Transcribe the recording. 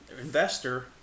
investor